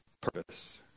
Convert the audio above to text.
purpose